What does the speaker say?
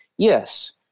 Yes